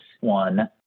one